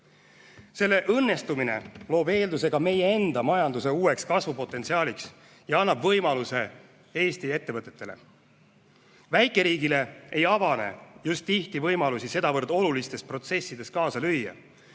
Selle õnnestumine loob eelduse ka meie enda majanduse uueks kasvupotentsiaaliks ja annab võimaluse Eesti ettevõtetele. Väikeriigile ei avane just tihti võimalus sedavõrd olulistes protsessides kaasa lüüa,